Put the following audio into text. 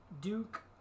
Duke